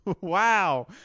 Wow